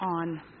on